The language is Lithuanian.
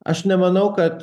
aš nemanau kad